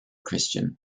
christian